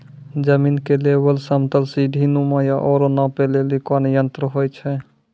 जमीन के लेवल समतल सीढी नुमा या औरो नापै लेली कोन यंत्र होय छै?